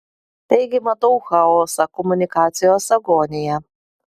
taigi matau chaosą komunikacijos agoniją